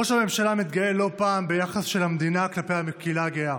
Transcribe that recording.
ראש הממשלה מתגאה לא פעם ביחס של המדינה כלפי הקהילה הגאה.